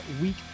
week